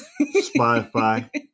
Spotify